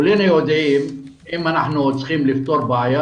כולנו יודעים שאם אנחנו רוצים לפתור בעיה,